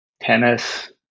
tennis